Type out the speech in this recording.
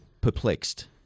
perplexed